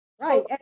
Right